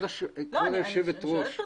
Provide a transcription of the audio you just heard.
אני שואלת ברצינות.